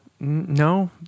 No